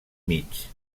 mig